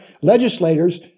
legislators